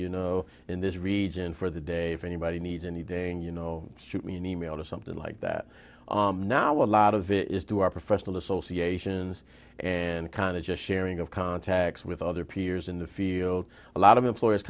be know in this region for the day if anybody needs any day and you know shoot me an email or something like that now a lot of it is through our professional associations and kind of just sharing of contacts with other peers in the field a lot of employers